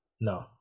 No